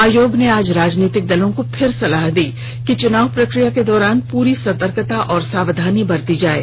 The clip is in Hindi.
आयोग ने आज राजनीतिक दलों को फिर सलाह दी है कि चुनाव प्रक्रिया के दौरान पूरी सतर्कता और सावधानी बरती जाये